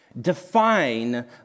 define